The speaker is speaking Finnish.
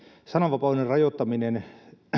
sananvapauden rajoittaminen